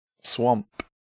swamp